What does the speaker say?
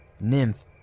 Nymph